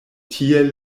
tiel